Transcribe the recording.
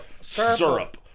Syrup